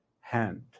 hand